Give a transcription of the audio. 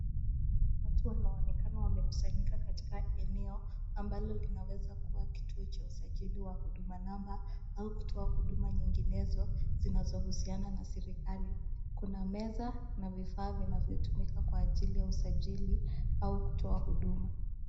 Watu wanaonekana wamekusanyika katika eneo ambalo linaweza kua kituo cha usajili wa huduma number au kotoa huduma nyinginezo zinazo husiana na serikali. Kuna meza na vifaa vinavyotumika kwa ajili ya usajili au kutoa huduma .